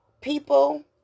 people